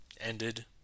ended